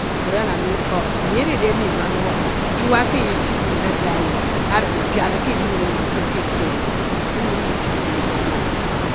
Wuren ami oh mi e'riri mi nyuam e'wa, ehu wa ki pie binyin abia yi are mi mu mpiale ki nki eweh nyi ye e'pie binyin abie nyi